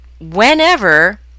whenever